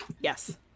Yes